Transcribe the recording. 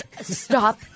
Stop